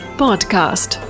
podcast